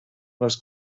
les